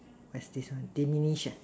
what's this one diminish